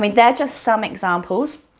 i mean they're just some examples.